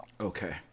Okay